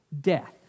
death